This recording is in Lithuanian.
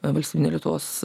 valstybinė lietuvos